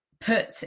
Put